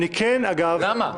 אני כן מונע,